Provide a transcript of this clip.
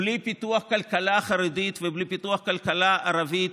בלי פיתוח כלכלה חרדית ובלי פיתוח כלכלה ערבית